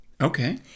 Okay